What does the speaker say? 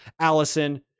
Allison